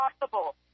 possible